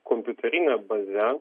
kompiuterine baze